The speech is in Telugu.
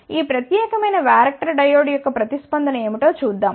కాబట్టి ఈ ప్రత్యేకమైన వ్యారక్టర్ డయోడ్ యొక్క ప్రతిస్పందన ఏమిటో చూద్దాం